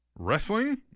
Wrestling